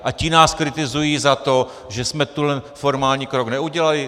A ti nás kritizují za to, že jsme ten formální krok neudělali?